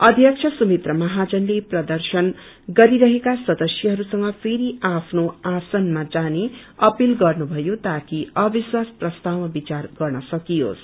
अध्यक्ष सुमित्रा महानले प्रर्दशन गरिरहेका सदस्यहरूसंग फेरि आफ्नो सीटमा जाने अपील गर्नुभयोताकि अविश्वास प्रस्तावमा विचार गर्न सकियोस